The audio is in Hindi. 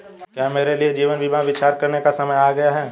क्या मेरे लिए जीवन बीमा पर विचार करने का समय आ गया है?